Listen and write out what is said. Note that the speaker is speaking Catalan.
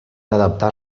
adaptar